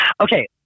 okay